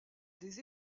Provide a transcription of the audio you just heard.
des